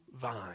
vine